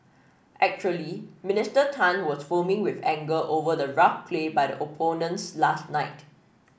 actually Minister Tan was foaming with anger over the rough play by the opponents last night